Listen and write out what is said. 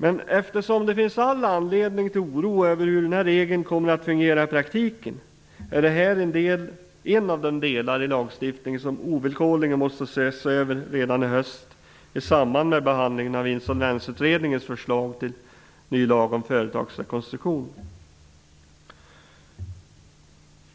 Men eftersom det finns all anledning till oro över hur regeln kommer att fungera i praktiken, är det här en av de delar i lagstiftningen som ovillkorligen måste ses över redan i höst i samband med behandlingen av